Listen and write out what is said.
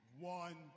one